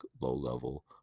low-level